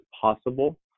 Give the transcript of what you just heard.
possible